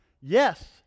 Yes